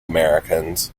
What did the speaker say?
americans